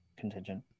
Contingent